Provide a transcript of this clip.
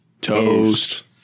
Toast